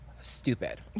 stupid